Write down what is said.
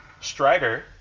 Strider